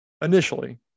initially